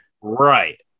right